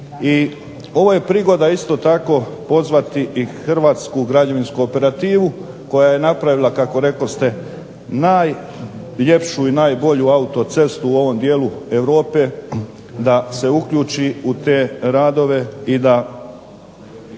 i ovo je prigoda isto tako pozvati i hrvatsku građevinsku operativu koja je napravila kako rekoste najljepšu i najbolju autocestu u ovom dijelu Europe, da se uključi u te radove i da